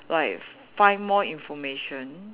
like find more information